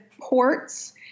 ports